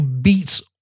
beats